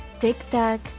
Tic-tac